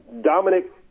Dominic